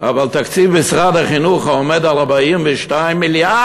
אבל תקציב משרד החינוך, העומד על 42 מיליארד,